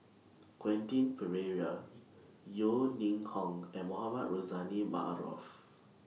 Quentin Pereira Yeo Ning Hong and Mohamed Rozani Maarof